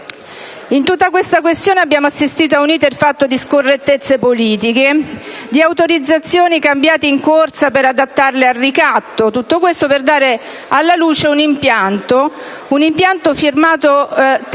In tutta la questione abbiamo assistito a un *iter* fatto di scorrettezze politiche, di autorizzazioni cambiate in corsa per adattarle al ricatto, per dare alla luce un impianto firmato Termoselect,